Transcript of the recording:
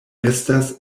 estas